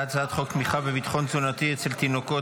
הצעת חוק תמיכה בביטחון תזונתי אצל תינוקות,